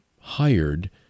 hired